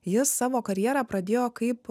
jis savo karjerą pradėjo kaip